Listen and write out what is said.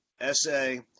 essay